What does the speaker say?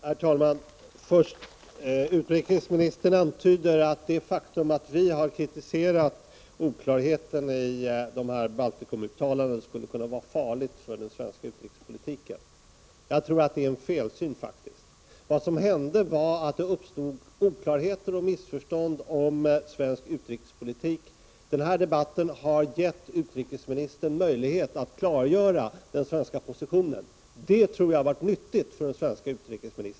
Herr talman! Utrikesministern antyder att det faktum att vi har kritiserat oklarheten i Baltikumuttalandena skulle kunna vara farligt för den svenska utrikespolitiken. Jag tror att det är en felsyn. Vad som hände var att det uppstod oklarheter och missförstånd om svensk utrikespolitik. Den här debatten har gett utrikesministern möjlighet att klargöra den svenska positionen. Det tror jag har varit nyttigt för den svenska utrikespolitiken.